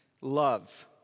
love